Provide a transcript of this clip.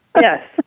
Yes